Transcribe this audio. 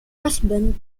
husband